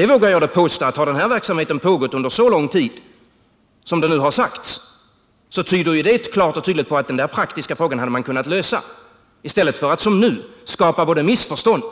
Jag vågar påstå att om den här verksamheten har pågått under så lång tid som det nu har sagts, tyder det klart och tydligt på att man hade kunnat lösa den praktiska frågan i stället för att som nu, genom att få verksamheten att upphöra, skapa både missförstånd